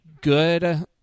good